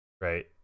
right